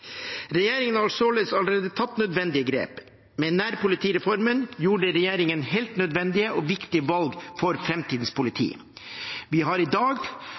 Regjeringen har således allerede tatt nødvendige grep. Med nærpolitireformen gjorde regjeringen helt nødvendige og viktige valg for framtidens politi. Vi har i dag